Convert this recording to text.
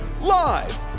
live